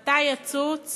מתי יצוץ